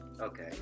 okay